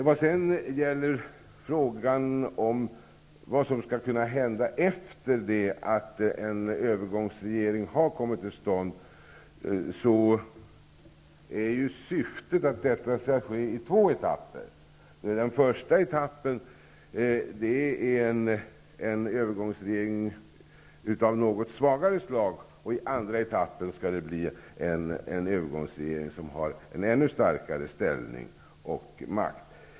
När det gäller frågan om vad som skall kunna hända efter det att en övergångsregering har kommit till stånd är syftet att det skall ske i två etapper. Den första etappen gäller en övergångsregering av något svagare slag. I den andra etappen skall det bli en övergångsregering med starkare ställning och makt.